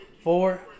Four